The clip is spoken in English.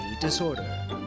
Disorder